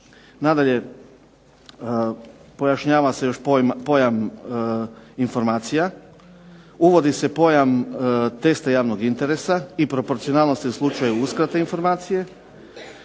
Nadalje, pojašnjava se pojam informacija, uvodi se pojam testa javnog interesa i proporcionalnosti u slučaju uskrate informacije.